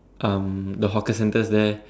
um the hawker centres there